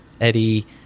eddie